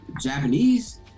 Japanese